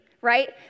right